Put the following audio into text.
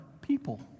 people